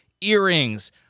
earrings